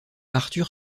arthur